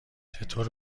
چطور